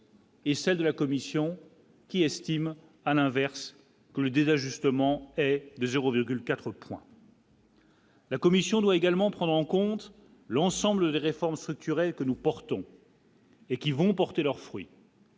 Et celle de la commission, qui estime à l'inverse que le des ajustements de 0 virgule 4 points. La Commission doit également prendre en compte l'ensemble des réformes structurelles que nous portons. Et qui vont porter leurs fruits.